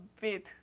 bit